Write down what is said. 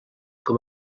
com